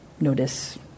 notice